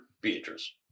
Beatrice